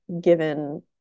given